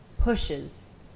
pushes